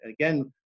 again